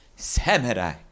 samurai